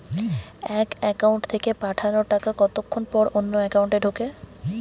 এক একাউন্ট থেকে পাঠানো টাকা কতক্ষন পর অন্য একাউন্টে ঢোকে?